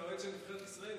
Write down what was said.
אתה אוהד של נבחרת ישראל,